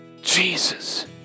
Jesus